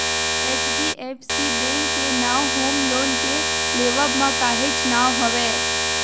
HDFC bank के नांव home loan के लेवब म काहेच नांव हवय